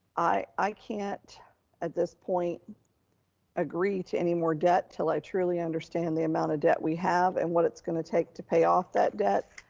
i i can't at this point agree to any more debt till i truly understand the amount of debt we have and what it's gonna take to pay off that debt.